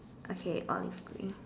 okay on okay